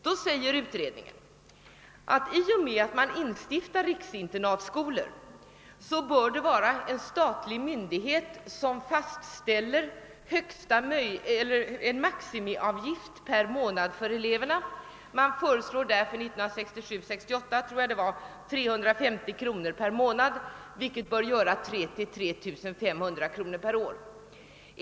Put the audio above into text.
Då säger utredningen att i och med att riksinternatskolor instiftas bör en statlig myndighet fastställa en maximiavgift per månad för eleverna; för budgetåret 1967/68 föreslogs 350 kronor per månad, vilket bör göra 3 000 å 3500 kronor per år.